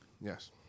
Yes